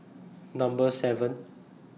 Number seven